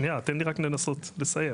שנייה, תן לי רק לנסות לסיים.